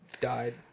died